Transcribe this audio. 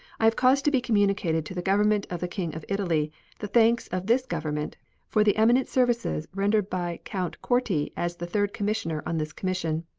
i have caused to be communicated to the government of the king of italy the thanks of this government for the eminent services rendered by count corti as the third commissioner on this commission.